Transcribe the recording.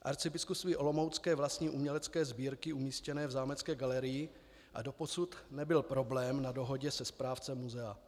Arcibiskupství olomoucké vlastní umělecké sbírky umístěné v zámecké galerii a doposud nebyl problém na dohodě se správcem muzea.